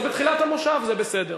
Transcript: אז בתחילת הכנס זה בסדר.